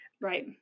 Right